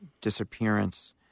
disappearance